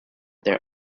their